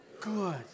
Good